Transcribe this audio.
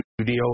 studio